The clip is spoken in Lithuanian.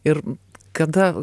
ir kada